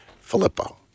Filippo